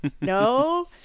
No